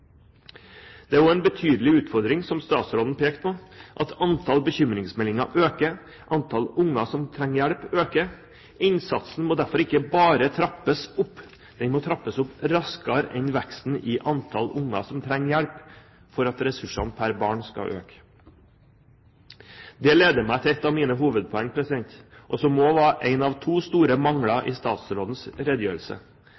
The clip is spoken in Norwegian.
Det er også en betydelig utfordring, som statsråden pekte på, at antall bekymringsmeldinger øker, at antall unger som trenger hjelp, øker. Innsatsen må derfor ikke bare trappes opp, men den må trappes opp raskere enn veksten i antall unger som trenger hjelp, for at ressursene per barn skal økes. Det leder meg til et av mine hovedpoeng, og som også var en av to store